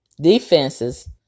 Defenses